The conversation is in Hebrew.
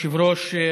אדוני היושב-ראש,